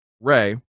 Ray